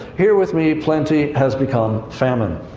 here with me, plenty has become famine.